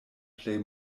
plej